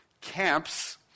camps